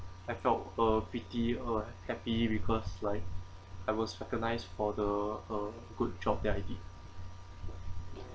I felt uh pretty happy because like I was recognized for the uh good job that I did